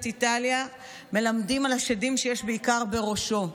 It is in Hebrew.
איטליה מלמדים על השדים שיש בעיקר בראשו.